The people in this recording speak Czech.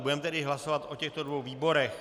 Budeme tedy hlasovat o těchto dvou výborech.